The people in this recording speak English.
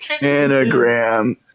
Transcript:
Anagram